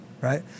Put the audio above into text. Right